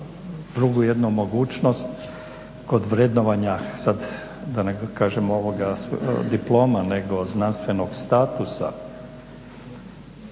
drugu, jednu mogućnost kod vrednovanja sad da ne kažem diploma, nego znanstvenog statusa.